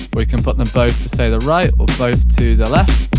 we can put them both to, say, the right, or both to the left.